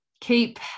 keep